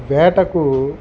వేటకు